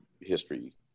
history